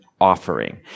offering